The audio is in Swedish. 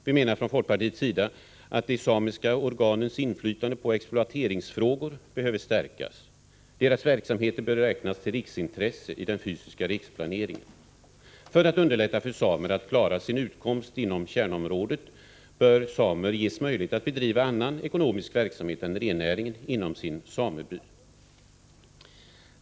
Vi menar från folkpartiets sida att de samiska organens inflytande på exploateringsfrågor behöver stärkas. Deras verksamheter bör räknas till riksintresse i den fysiska riksplaneringen. För att underlätta för samer att klara sin utkomst inom kärnområdet bör samer ges möjlighet att bedriva annan ekonomisk verksamhet än rennäring inom sin sameby.